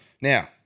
now